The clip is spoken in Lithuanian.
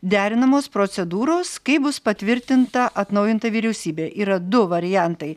derinamos procedūros kaip bus patvirtinta atnaujinta vyriausybė yra du variantai